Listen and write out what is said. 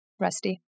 Rusty